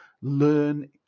learn